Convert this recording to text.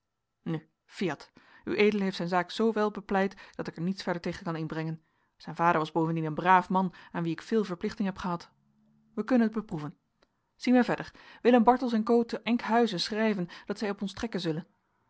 fiat ued heeft zijn zaak zoowel bepleit dat ik er niets verder tegen kan inbrengen zijn vader was bovendien een braaf man aan wien ik veel verplichting heb gehad wij kunnen het beproeven zien wij verder willem bartelsz en co te enkhuizen schrijven dat zij op ons trekken zullen